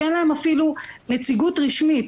שאין להם אפילו נציגות רשמית,